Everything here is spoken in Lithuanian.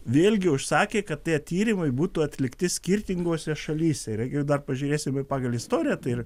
vėlgi užsakė kad tie tyrimai būtų atlikti skirtingose šalyse yra ir dar pažiūrėsime ir pagal istoriją ir